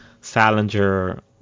Salinger